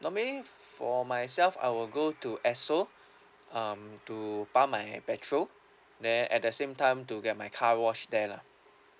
normally for myself I will go to esso um to pump my petrol then at the same time to get my car wash there lah